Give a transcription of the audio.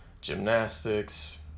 gymnastics